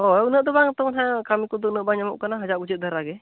ᱦᱳᱭ ᱩᱱᱟᱹᱜ ᱫᱚ ᱵᱟᱝ ᱛᱚ ᱦᱮᱸ ᱠᱟᱹᱢᱤ ᱠᱚᱫᱚ ᱩᱱᱟᱹᱜ ᱵᱟᱝ ᱧᱟᱢᱚᱜ ᱠᱟᱱᱟ ᱦᱟᱡᱟᱜ ᱵᱩᱡᱟᱹᱜ ᱫᱷᱟᱨᱟ ᱜᱮ